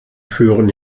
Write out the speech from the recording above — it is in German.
führen